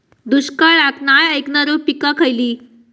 दुष्काळाक नाय ऐकणार्यो पीका खयली?